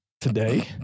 Today